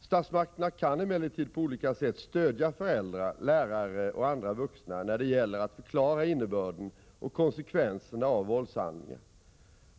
Statsmakterna kan emellertid på olika sätt 21 november 1986 stödja föräldrar, lärare och andra vuxna när det gäller att förklara innebör = a den och konsekvenserna av våldshandlingar.